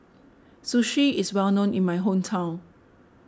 Sushi is well known in my hometown